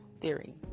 theory